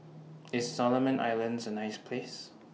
IS Solomon Islands A nice Place